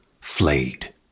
flayed